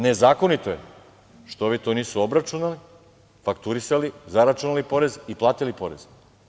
Nezakonito je što ovi to nisu obračunali, fakturisali, zaračunali porez i platili porez.